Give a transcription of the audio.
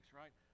right